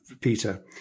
Peter